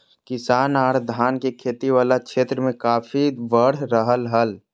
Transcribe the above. किसान आर धान के खेती वला क्षेत्र मे काफी बढ़ रहल हल